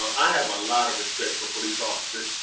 i have a lot of respect for police officers.